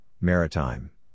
Maritime